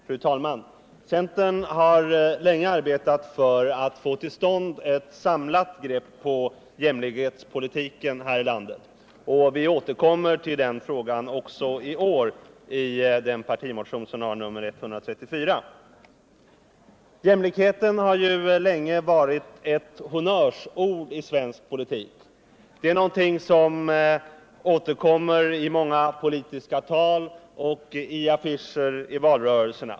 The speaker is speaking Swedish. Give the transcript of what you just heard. Fru talman! Centern har länge arbetat för att få till stånd ett samlat grepp på jämlikhetspolitiken här i landet. Vi återkommer till den frågan också i år, i den partimotion som har nr 134. Jämlikhet har ju länge varit ett honnörsord i svensk politik. Det är någonting som återkommer i många politiska tal och på affischer i valrörelserna.